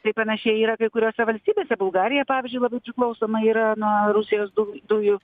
tai panašiai yra kai kuriose valstybėse bulgarija pavyzdžiui labai priklausoma yra nuo rusijos du dujų